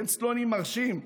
בית סלונים, מרשים.